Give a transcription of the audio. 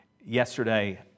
Yesterday